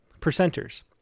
Percenters